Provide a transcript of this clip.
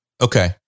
Okay